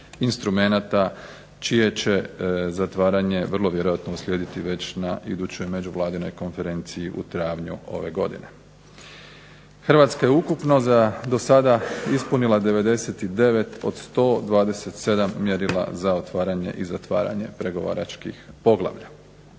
instrumenata čije će zatvaranje vrlo vjerojatno uslijediti već na idućoj Međuvladinoj konferenciji u travnju ove godine. Hrvatska je ukupno dosada ispunila 99 od 127 mjerila za otvaranje i zatvaranje pregovaračkih poglavlja.